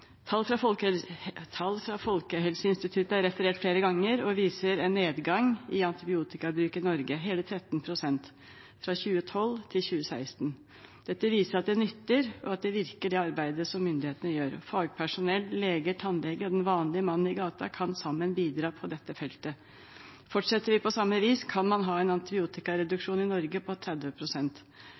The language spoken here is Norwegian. Tall fra Folkehelseinstituttet er referert flere ganger og viser en nedgang i antibiotikabruk i Norge – hele 13 pst. fra 2012 til 2016. Dette viser at det nytter, og at det arbeidet som myndighetene gjør, virker. Fagpersonell, leger, tannleger og den vanlige mannen i gata kan sammen bidra på dette feltet. Fortsetter vi på samme vis, kan man ha en antibiotikareduksjon i Norge på